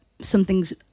something's